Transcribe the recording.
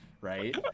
right